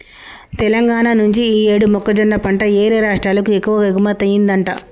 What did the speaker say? తెలంగాణా నుంచి యీ యేడు మొక్కజొన్న పంట యేరే రాష్టాలకు ఎక్కువగా ఎగుమతయ్యిందంట